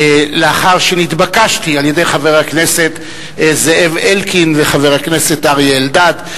לאחר שנתבקשתי על-ידי חבר הכנסת זאב אלקין וחבר הכנסת אריה אלדד,